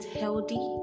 healthy